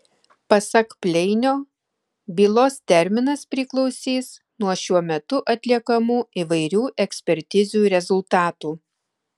pasak pleinio bylos terminas priklausys nuo šiuo metu atliekamų įvairių ekspertizių rezultatų